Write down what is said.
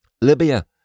Libya